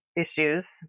issues